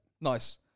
Nice